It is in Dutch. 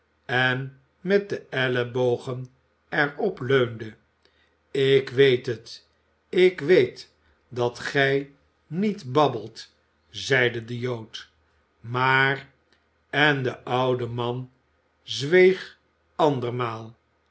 en met de ellebogen er op leunde ik weet het ik weet dat gij niet babbelt zeide de jood maar en de oude man zweeg andermaal